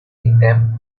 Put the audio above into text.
nicknamed